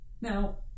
Now